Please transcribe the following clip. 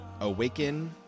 awaken